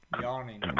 Yawning